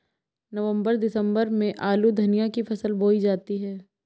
नवम्बर दिसम्बर में आलू धनिया की फसल बोई जाती है?